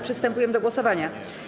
Przystępujemy do głosowania.